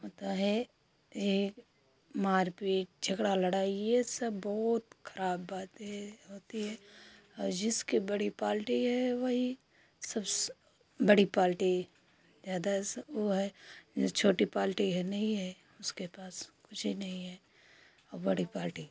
होता है यह मार पीट झगड़ा लड़ाई ये सब बहुत ख़राब बात है होती है और जिसकी बड़ी पाल्टी है वही सबसे बड़ी पाल्टी ज़्यादा से ऊ है जैस छोटी पाल्टी है नहीं है उसके पास कुछे नहीं है और बड़ी पाल्टी